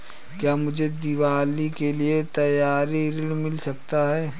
क्या मुझे दीवाली के लिए त्यौहारी ऋण मिल सकता है?